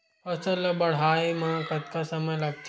फसल ला बाढ़े मा कतना समय लगथे?